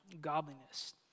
godliness